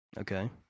Okay